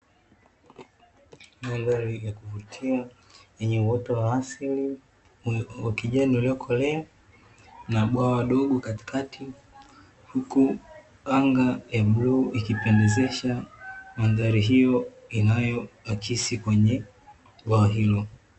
Mandhari ya kuvutia yenye uoto wa asili wa kijani uliokolea na bwawa dogo katikati huku anga ya bluu ikipendezesha mandhari hiyo inayoakisi kwenye bwawa hilo.